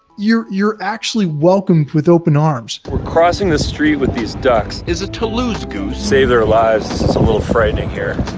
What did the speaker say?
you're you're actually welcomed with open arms. we're crossing the street with these ducks. is a toulouse goose. save their lives, this is a little frightening here.